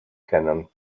kennen